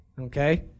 Okay